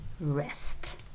rest